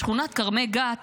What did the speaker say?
בשכונת כרמי גת,